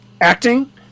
acting